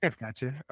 Gotcha